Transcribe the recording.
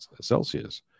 Celsius